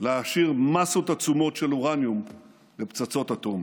להעשיר מאסות עצומות של אורניום לפצצות אטום.